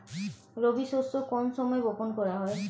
রবি শস্য কোন সময় বপন করা হয়?